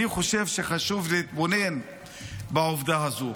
אני חושב שחשוב להתבונן בעובדה הזו.